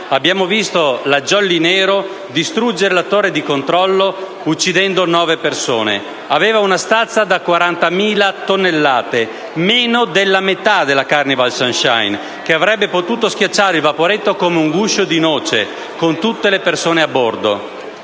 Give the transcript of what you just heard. abbiamo visto la nave "Jolly Nero" distruggere la torre di controllo, uccidendo 9 persone. Aveva una stazza di 40.000 tonnellate, meno della metà della "Carnival Sunshine", che avrebbe potuto schiacciare il vaporetto come un guscio di noce, con tutte le persone a bordo.